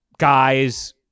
guys